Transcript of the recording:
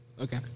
Okay